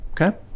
Okay